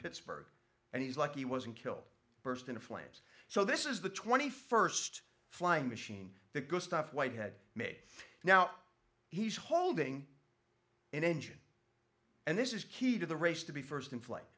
pittsburgh and he's lucky he wasn't killed burst into flames so this is the twenty first flying machine the good stuff whitehead made now he's holding an engine and this is key to the race to be first in fl